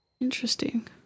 Interesting